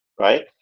Right